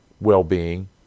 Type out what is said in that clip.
well-being